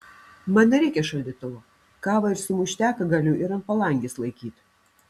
man nereikia šaldytuvo kavą ir sumušteką galiu ir ant palangės laikyt